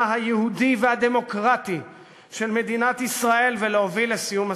היהודי והדמוקרטי של מדינת ישראל ולהוביל לסיום הסכסוך.